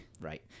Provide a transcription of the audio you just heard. Right